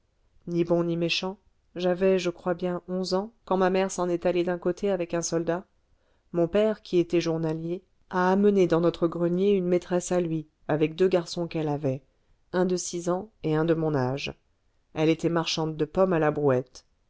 ni méchants j'avais je crois bien onze ans quand ma mère s'en est allée d'un côté avec un soldat mon père qui était journalier a amené dans notre grenier une maîtresse à lui avec deux garçons qu'elle avait un de six ans et un de mon âge elle était marchande de pommes à la brouette